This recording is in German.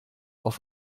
auf